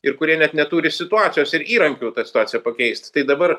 ir kurie net neturi situacijos ir įrankių tą situaciją pakeist tai dabar